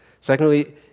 Secondly